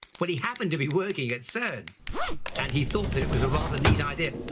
but he happened to be working at cern and he thought that it was a rather neat idea.